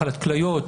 מחלת כליות,